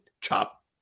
chop